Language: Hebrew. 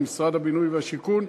של משרד הבינוי והשיכון.